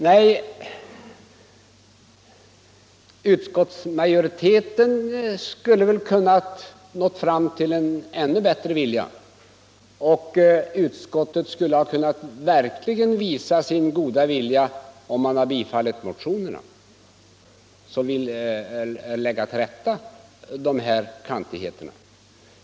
Nej, men utskottet skulle väl ha kunnat visa en ännu bättre vilja — och det hade man gjort om man hade tillstyrkt bifall till motionerna, som vill lägga till rätta de påtalade kantigheterna.